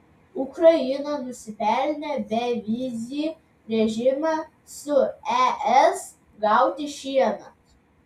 ukraina nusipelnė bevizį režimą su es gauti šiemet